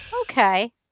okay